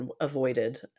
avoided